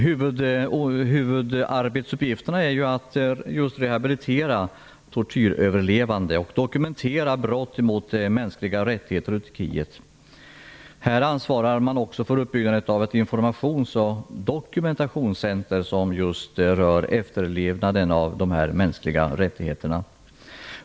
Huvudarbetsuppgifterna är att rehabilitera tortyröverlevande och dokumentera brott mot mänskliga rättigheter i Turkiet. Man ansvarar också för uppbyggandet av ett informations och dokumentationscentrum inriktat på efterlevnaden av de mänskliga rättigheterna.